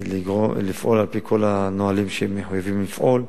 ולפעול על-פי כל הנהלים שהם מחויבים לפעול.